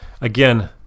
Again